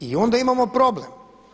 I onda imamo problem.